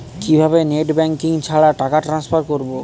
কিভাবে net banking ছাড়া টাকা ট্রান্সফার করবো?